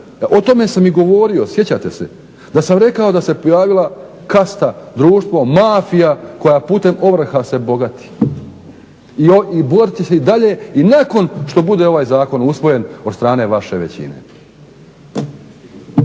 O tome sam i govorio, sjećate se, da sam rekao da se pojavila kasta, društvo, mafija koja putem ovrha se bogati. I bogatit će se i dalje i nakon što bude ovaj zakon usvojen od strane vaše većine.